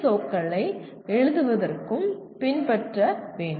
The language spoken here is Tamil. ஓக்களை எழுதுவதற்கும் பின்பற்ற வேண்டும்